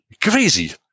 Crazy